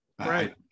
Right